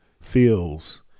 feels